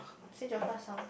is it Joshua Song